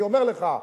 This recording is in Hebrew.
אני אומר לך.